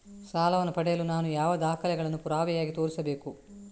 ಸಾಲವನ್ನು ಪಡೆಯಲು ನಾನು ಯಾವ ದಾಖಲೆಗಳನ್ನು ಪುರಾವೆಯಾಗಿ ತೋರಿಸಬೇಕು?